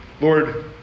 Lord